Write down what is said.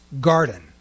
garden